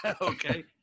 Okay